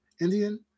indian